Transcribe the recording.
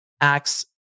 acts